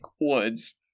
woods